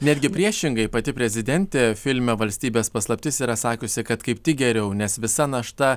netgi priešingai pati prezidentė filme valstybės paslaptis yra sakiusi kad kaip tik geriau nes visa našta